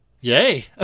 Yay